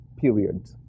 period